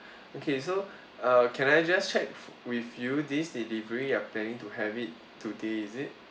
okay so err can I just check with you this delivery you are planning to have it today is it